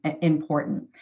important